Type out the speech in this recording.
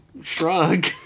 shrug